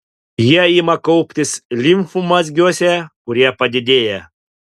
jie ima kauptis limfmazgiuose kurie padidėja